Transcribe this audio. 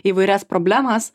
įvairias problemas